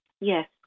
Yes